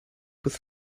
with